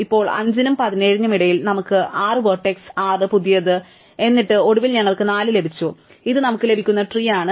ഇപ്പോൾ 5 നും 17 നും ഇടയിൽ നമുക്ക് 6 വെർട്ടെക്സ് 6 പുതിയത് എന്നിട്ട് ഒടുവിൽ ഞങ്ങൾക്ക് 4 ലഭിച്ചു ഇത് നമുക്ക് ലഭിക്കുന്ന ട്രീ ആണ്